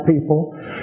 people